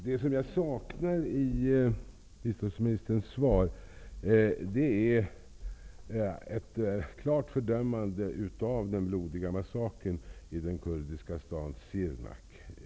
Fru talman! Jag saknar ett klart fördömande av den blodiga massakern i den kurdiska staden Sirnak i biståndsministerns svar.